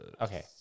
Okay